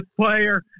player